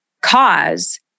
cause